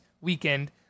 weekend